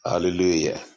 Hallelujah